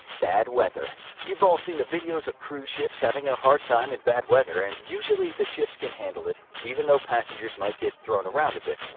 bad weather you've all seen videos of cruise ships having a hard time in bad weather, and usually the ships can handle it even though passengers might get thrown around a bit.